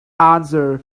answer